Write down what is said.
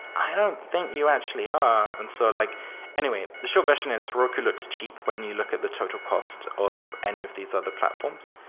i don't think you actually are. and so like anyway, the short version is heroku looks cheap when you look at the total cost of any of these other platforms,